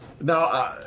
Now